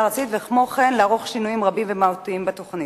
ארצית וכמו כן לערוך שינויים רבים ומהותיים בתוכנית.